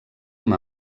amb